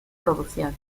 producción